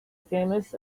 famous